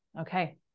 Okay